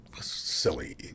silly